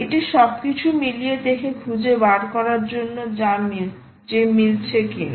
এটি সবকিছু মিলিয়ে দেখে খুঁজে বার করার জন্য যে মিলছে কি না